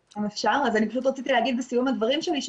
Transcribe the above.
רציתי להגיד בסיום הדברים שלי,